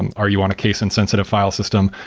and are you on a case insensitive file system?